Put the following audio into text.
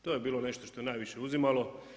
To je bilo nešto što je najviše uzimalo.